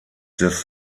des